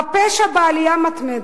הפשע בעלייה מתמדת,